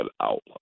outlook